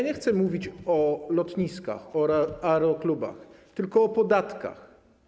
Nie chcę mówić o lotniskach, aeroklubach, tylko o podatkach.